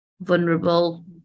vulnerable